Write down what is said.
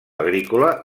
agrícola